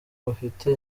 bafite